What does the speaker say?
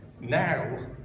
Now